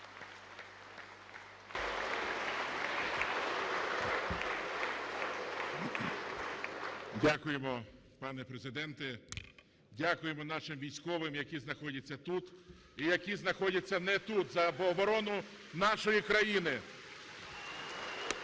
Дякуємо, пане Президенте. Дякуємо нашим військовим, які знаходяться тут, і які знаходяться не тут, за оборону нашої країни.